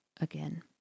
again